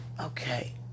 Okay